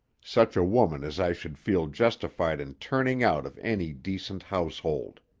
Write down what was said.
such a woman as i should feel justified in turning out of any decent household.